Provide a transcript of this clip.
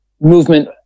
movement